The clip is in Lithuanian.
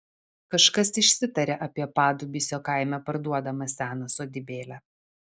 kažkas išsitarė apie padubysio kaime parduodamą seną sodybėlę